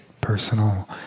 personal